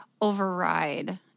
override